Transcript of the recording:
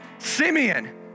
Simeon